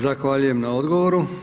Zahvaljujem na odgovoru.